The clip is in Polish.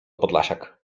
podlasiak